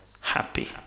happy